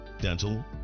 dental